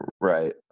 right